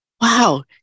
wow